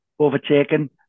overtaken